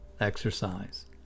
exercise